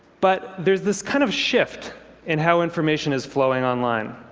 but there's this kind of shift in how information is flowing online,